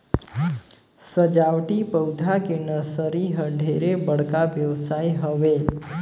सजावटी पउधा के नरसरी ह ढेरे बड़का बेवसाय हवे